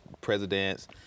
presidents